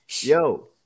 yo